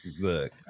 look